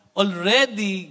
already